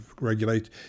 regulate